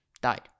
Died